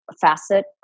facet